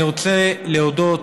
אני רוצה להודות